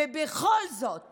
ובכל זאת